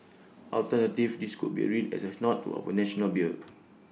alternatively this could be read as A nod to our national beer